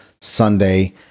Sunday